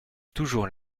toujours